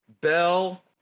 bell